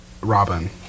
Robin